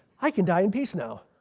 i can die in peace now.